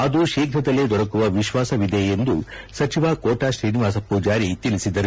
ಅದು ಶೀಘ್ವದಲ್ಲೇ ದೊರಕುವ ವಿಶ್ವಾಸವಿದೆ ಎಂದು ಸಚಿವ ಕೋಟ ಶ್ರೀನಿವಾಸ ಪೂಜಾಲಿ ತಿಳಸಿದರು